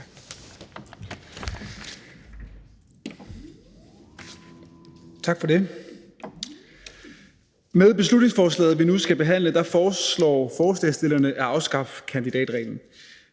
Tak for det. Med beslutningsforslaget, vi nu behandler, foreslår forslagsstillerne at afskaffe kandidatreglen.